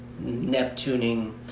Neptuning